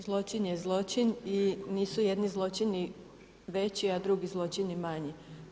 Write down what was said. Zločin je zločin i nisu jedni zločini veći a drugi zločini manji.